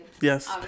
yes